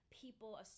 people